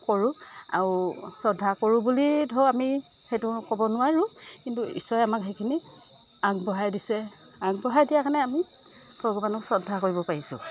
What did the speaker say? কৰোঁ আৰু শ্ৰদ্ধা কৰোঁ বুলি ধৰোঁ আমি সেইটো ক'ব নোৱাৰোঁ কিন্তু ঈশ্বৰে আমাক সেইখিনি আগবঢ়াই দিছে আগবঢ়াই দিয়াৰ কাৰণে আমি ভগৱানক শ্ৰদ্ধা কৰিব পাৰিছোঁ